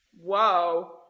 Whoa